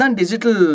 digital